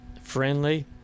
friendly